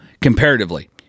comparatively